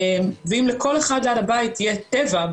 ואם לכל אחד ליד הבית יהיה טבע,